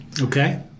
Okay